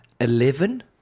Eleven